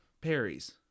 Perry's